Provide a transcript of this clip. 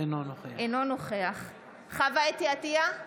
אינו נוכח חוה אתי עטייה,